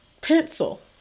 pencil